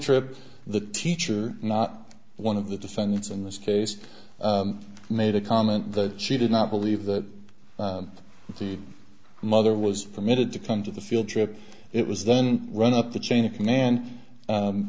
trip the teacher not one of the defendants in this case made a comment that she did not believe that the mother was permitted to come to the field trip it was then run up the chain of command